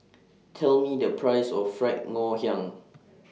Tell Me The Price of Fried Ngoh Hiang